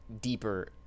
deeper